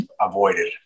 avoided